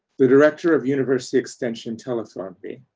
the director of university extension telephoned me.